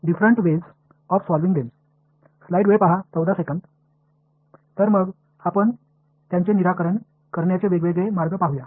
तर मग आपण त्यांचे निराकरण करण्याचे वेगवेगळे मार्ग पाहू या